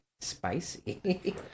spicy